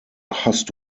hast